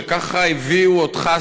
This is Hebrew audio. שככה הביאו אותך,